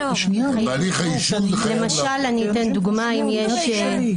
זאת אומרת שלא תוכן שיחות וגם לא החדרת תוכנה אל תוך הטלפון.